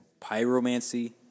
Pyromancy